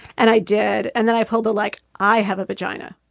and i did. and then i pulled the like, i have a vagina.